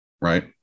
Right